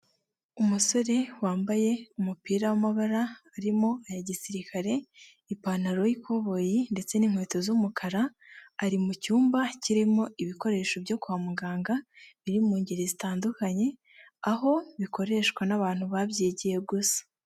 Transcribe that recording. Umusore wambaye umupira w'amabara arimo aya gisirikare ipantaro y'ikoboyi ndetse n'inkweto z'umukara, ari mucyumba kirimo ibikoresho byo kwa muganga biri mu ngeri zitandukanye aho bikoreshwa n'abantu babyigiye gusa.